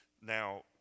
Now